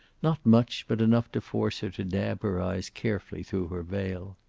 not much, but enough to force her, to dab her eyes carefully through her veil.